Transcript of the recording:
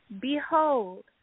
Behold